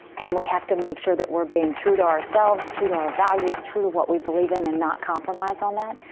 and we have to make sure we're being true to ourselves, true to our values, true to what we believe in and not compromise on that,